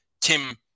Tim